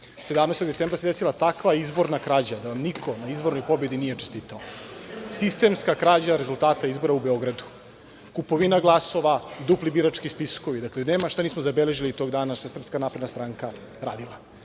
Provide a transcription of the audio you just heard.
17. decembra se desila takva izborna krađa da vam niko na izbornoj pobedi nije čestitao, sistemska krađa rezultata izbora u Beogradu, kupovina glasova, dupli birački spiskovi. Dakle, nema šta nismo zabeležili tog dana šta je SNS radila.